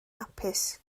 hapus